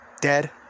Dead